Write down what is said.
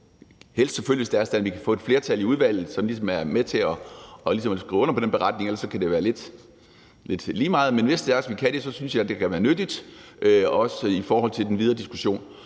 helst selvfølgelig, hvis det er sådan, at vi kan få et flertal i udvalget, som ligesom er med til at skrive under på den beretning, for ellers kan det være lidt lige meget, men hvis vi kan det, synes jeg, det kan være nyttigt, også i forhold til den videre diskussion.